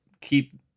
keep